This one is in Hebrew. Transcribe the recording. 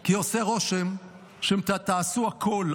כי עושה רושם שאתם תעשו הכול,